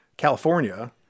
california